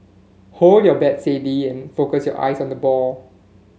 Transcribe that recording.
hold your bat steady and focus your eyes on the ball